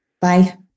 Bye